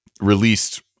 released